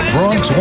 Bronx